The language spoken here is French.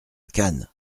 cannes